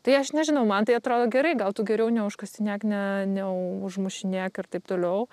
tai aš nežinau man tai atrodo gerai gal tu geriau neužkasinėk ne neužmušinėk ir taip toliau